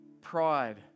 pride